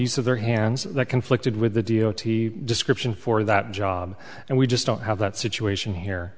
use of their hands that conflicted with the d o t description for that job and we just don't have that situation here